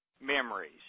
memories